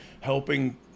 helping